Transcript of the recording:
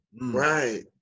Right